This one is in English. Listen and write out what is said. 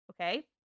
Okay